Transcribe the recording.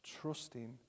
trusting